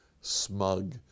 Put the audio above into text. smug